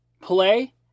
Play